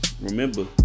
Remember